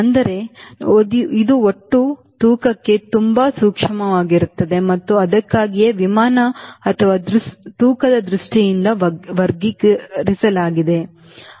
ಅಂದರೆ ಇದು ಒಟ್ಟು ತೂಕಕ್ಕೆ ತುಂಬಾ ಸೂಕ್ಷ್ಮವಾಗಿರುತ್ತದೆ ಮತ್ತು ಅದಕ್ಕಾಗಿಯೇ ವಿಮಾನ ಅಥವಾ ತೂಕದ ದೃಷ್ಟಿಯಿಂದ ವರ್ಗೀಕರಿಸಲಾಗಿದೆ